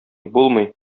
булмый